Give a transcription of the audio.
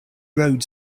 road